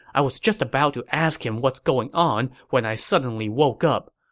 i was just about to ask him what's going on when i suddenly woke up.